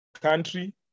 country